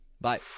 Bye